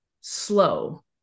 slow